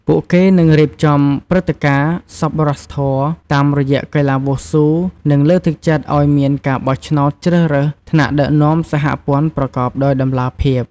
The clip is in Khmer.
ពួកគេនឹងរៀបចំព្រឹត្តិការណ៍សប្បុរសធម៌តាមរយៈកីឡាវ៉ូស៊ូនឹងលើកទឹកចិត្តឲ្យមានការបោះឆ្នោតជ្រើសរើសថ្នាក់ដឹកនាំសហព័ន្ធប្រកបដោយតម្លាភាព។